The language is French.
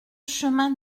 chemin